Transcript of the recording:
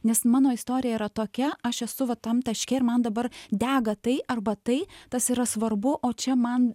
nes mano istorija yra tokia aš esu va tam taške ir man dabar dega tai arba tai tas yra svarbu o čia man